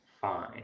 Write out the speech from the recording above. fine